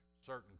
certain